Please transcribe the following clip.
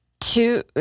two